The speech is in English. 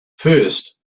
first